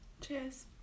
Cheers